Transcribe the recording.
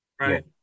right